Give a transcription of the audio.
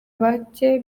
bake